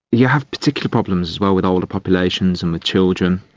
you have particular problems as well with older populations and with children,